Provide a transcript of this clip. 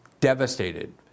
devastated